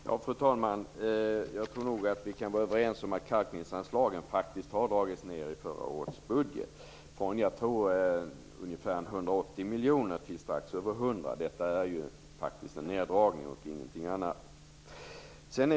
Fru talman! Vi kan nog vara överens om att kalkningsanslaget drogs ned i förra årets budget, från ungefär 180 miljoner till strax över 100 miljoner. Detta är en neddragning och ingenting annat.